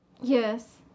Yes